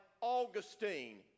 Augustine